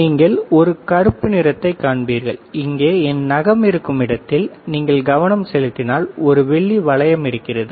நீங்கள் ஒரு கருப்பு நிறத்தைக் காண்பீர்கள் இங்கே என் நகம் இருக்கும் இடத்தில் நீங்கள் கவனம் செலுத்தினால் ஒரு வெள்ளி வளையம் இருக்கிறது